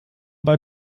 bei